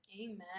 Amen